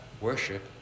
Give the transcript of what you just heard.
worship